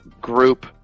group